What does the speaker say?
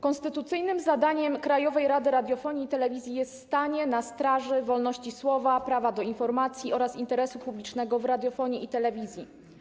Konstytucyjnym zadaniem Krajowej Rady Radiofonii i Telewizji jest stanie na straży wolności słowa, prawa do informacji oraz interesu publicznego w radiofonii i telewizji.